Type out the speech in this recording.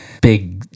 big